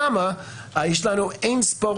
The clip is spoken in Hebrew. שם יש לנו אין-ספור